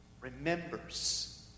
Remembers